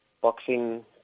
boxing